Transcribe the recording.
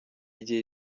igihe